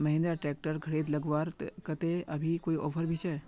Mahindra tractor खरीद लगवार केते अभी कोई ऑफर भी छे?